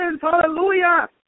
hallelujah